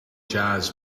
jazz